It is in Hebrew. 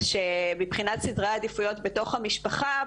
זה שמבחינת סדרי העדיפויות בתוך המשפחה,